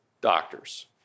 doctors